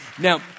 Now